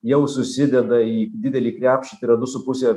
jau susideda į didelį krepšį tai yra du su puse